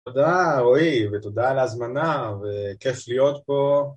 תודה רועי ותודה על ההזמנה וכיף להיות פה